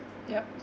yup